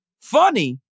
funny